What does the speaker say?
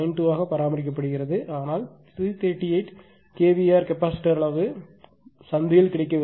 92 யாக பராமரிக்கப்படுகிறது ஆனால் 338 kVAr கெப்பாசிட்டர் அளவு சந்தையில் கிடைக்கவில்லை